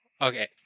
Okay